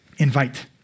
invite